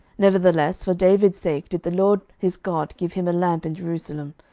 nevertheless for david's sake did the lord his god give him a lamp in jerusalem,